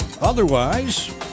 Otherwise